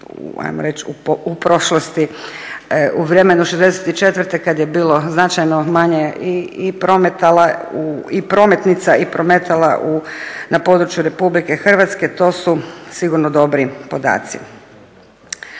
u vrijeme '64. kad je bilo značajno manje i prometa i prometnica i prometala na području Republike Hrvatske to su sigurno dobri podaci.